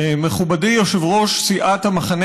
מכובדי יושב-ראש סיעת המחנה